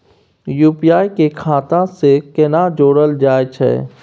UPI के खाता सं केना जोरल जाए छै?